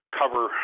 cover